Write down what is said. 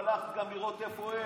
הלכת לראות גם איפה הם?